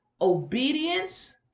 obedience